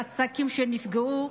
לעסקים שנפגעו,